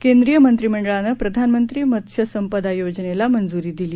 केंद्रीय मंत्रिमंडळानं प्रधानमंत्री मत्स्य संपदा योजनेला मजुरी दिली